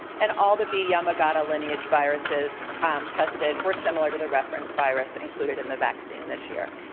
and all the b yamagata lineage viruses tested were similar to the referenced virus included in the vaccine this year.